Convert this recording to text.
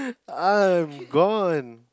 I'm gone